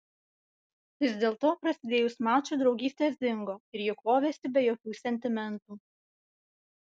vis dėlto prasidėjus mačui draugystės dingo ir ji kovėsi be jokių sentimentų